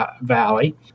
Valley